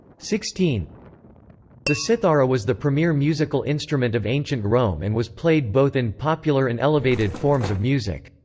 sixteen the cithara was the premier musical instrument of ancient rome and was played both in popular and elevated forms of music.